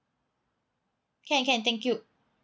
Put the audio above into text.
can can thank you